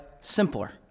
simpler